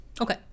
Okay